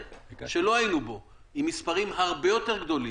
שלא היינו בו עם מספרים הרבה יותר גדולים,